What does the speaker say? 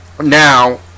Now